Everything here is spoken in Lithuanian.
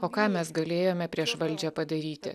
o ką mes galėjome prieš valdžią padaryti